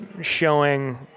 showing